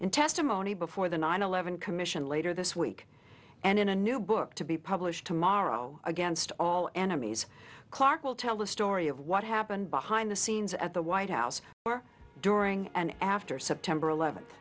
in testimony before the nine eleven commission later this week and in a new book to be published tomorrow against all enemies clarke will tell the story of what happened behind the scenes at the white house during and after september eleventh